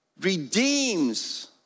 redeems